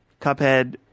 cuphead